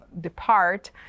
depart